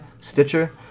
Stitcher